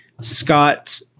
scott